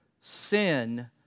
sin